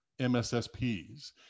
MSSPs